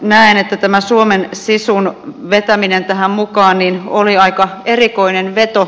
näen että tämän suomen sisun vetäminen tähän mukaan oli aika erikoinen veto